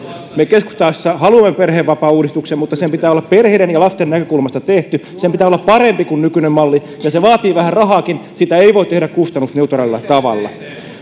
me keskustassa haluamme perhevapaauudistuksen mutta sen pitää olla perheiden ja lasten näkökulmasta tehty sen pitää olla parempi kuin nykyinen malli ja se vaatii vähän rahaakin sitä ei voi tehdä kustannusneutraalilla tavalla